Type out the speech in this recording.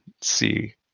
see